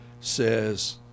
says